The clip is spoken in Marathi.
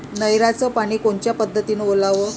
नयराचं पानी कोनच्या पद्धतीनं ओलाव?